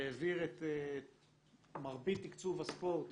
שהעביר את מרבית תקצוב הספורט,